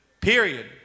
Period